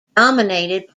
dominated